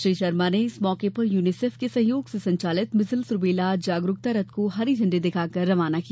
श्री शर्मा इस मौके पर यूनीसेफ के सहयोग से संचालित मीजल्स रूबेला जागरूकता रथ को हरी झण्डी दिखाकर रवाना किया